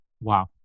Wow